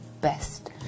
Best